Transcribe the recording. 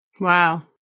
Wow